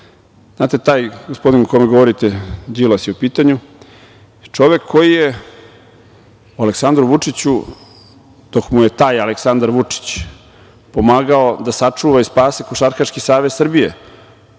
tome. Znate, taj gospodin o kome govorite Đilas je u pitanju, čovek koji je Aleksandru Vučiću dok mu je taj Aleksandar Vučić pomagao da sačuva i spase Košarkaški savez Srbije